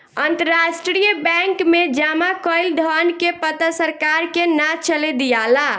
अंतरराष्ट्रीय बैंक में जामा कईल धन के पता सरकार के ना चले दियाला